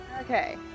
Okay